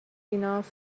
enough